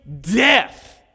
death